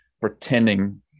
pretending